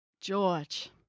George